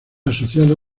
asociado